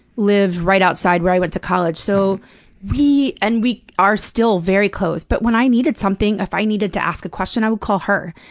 lived right outside where i went to college, so we and we are still very close, but when i needed something, if i needed to ask a question, i would call her.